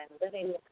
living